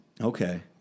Okay